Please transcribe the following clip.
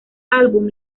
álbum